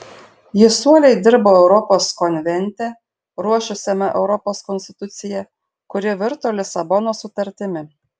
jis uoliai dirbo europos konvente ruošusiame europos konstituciją kuri virto lisabonos sutartimi